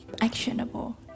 actionable